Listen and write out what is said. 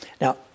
Now